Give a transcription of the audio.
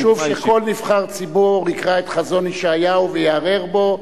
חשוב שכל נבחר ציבור יקרא את חזון ישעיהו ויהרהר בו,